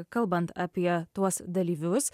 kalbant apie tuos dalyvius